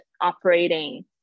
operating